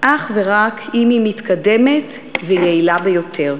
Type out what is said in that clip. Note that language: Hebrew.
אך ורק אם היא מתקדמת ויעילה ביותר.